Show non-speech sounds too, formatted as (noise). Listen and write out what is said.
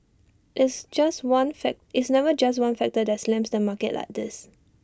it's just one (unintelligible) it's never just one factor that slams the market like this